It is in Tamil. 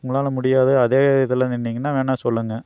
உங்களால் முடியாது அதே இதில் நின்னிங்கன்னா வேணுணா சொல்லுங்க